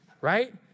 right